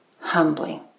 humbly